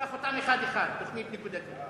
ניקח אותם אחד-אחד, תוכנית נקודתית.